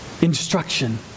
Instruction